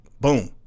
boom